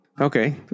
Okay